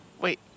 Wait